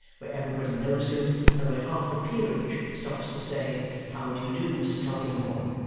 where everybody knows him and where half the peerage stops to say how do you do, mr. tulkinghorn?